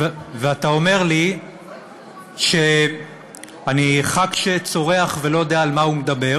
ואתה אומר לי שאני חבר כנסת שצורח ולא יודע על מה הוא מדבר,